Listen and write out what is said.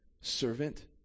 servant